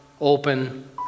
open